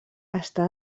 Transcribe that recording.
està